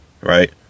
right